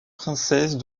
princesses